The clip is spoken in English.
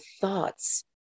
thoughts